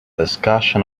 discussion